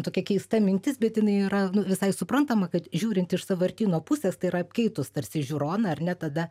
tokia keista mintis bet jinai yra visai suprantama kad žiūrint iš sąvartyno pusės tai yra apkeitus tarsi žiūroną ar ne tada